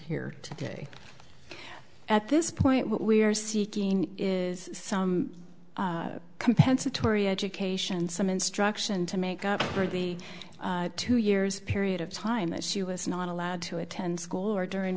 here today at this point what we are seeking is some compensatory education some instruction to make up for the two years period of time that she was not allowed to attend school or during